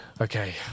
okay